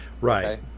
Right